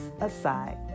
Aside